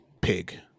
Pig